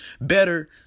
better